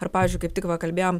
ar pavyzdžiui kaip tik va kalbėjom